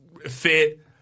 fit